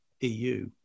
EU